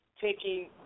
taking